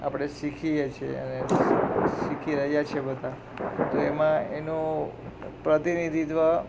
આપણે શીખીએ છીએ અને શીખી રહ્યાં છીએ બધા તો એમાં એનો પ્રતિનિધિત્વ